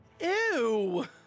Ew